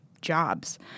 jobs